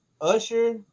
Usher